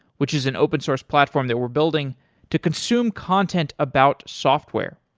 which is an open source platform that we're building to consume content about software.